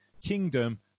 Kingdom